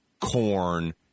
corn